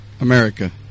America